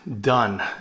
Done